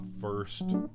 first